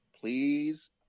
please